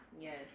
Yes